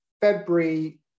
February